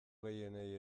gehienei